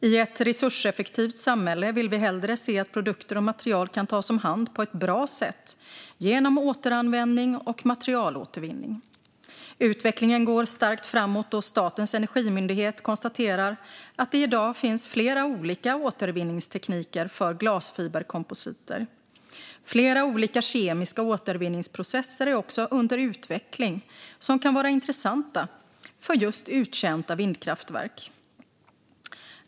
I ett resurseffektivt samhälle vill vi hellre se att produkter och material kan tas om hand på ett bra sätt genom återanvändning och materialåtervinning. Utvecklingen går starkt framåt, och Statens energimyndighet konstaterar att det i dag finns flera olika återvinningstekniker för glasfiberkompositer. Flera olika kemiska återvinningsprocesser är också under utveckling som kan vara intressanta för just uttjänta vindkraftverk.